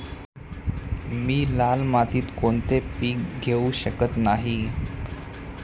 मी लाल मातीत कोणते पीक घेवू शकत नाही?